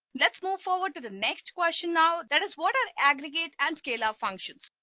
let's move forward to the next question. now that is what our aggregate and scalar functions.